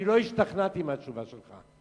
אני לא השתכנעתי מהתשובה שלך,